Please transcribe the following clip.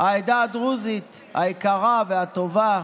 העדה הדרוזית, היקרה והטובה,